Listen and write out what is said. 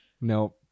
no